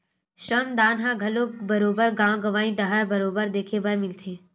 श्रम दान ह घलो बरोबर गाँव गंवई डाहर बरोबर देखे बर मिलथे